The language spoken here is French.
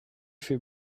fait